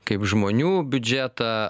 kaip žmonių biudžetą